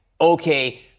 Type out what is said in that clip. Okay